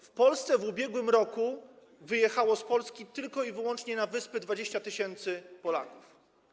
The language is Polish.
W ubiegłbym roku wyjechało z Polski tylko i wyłącznie na Wyspy 20 tys. Polaków.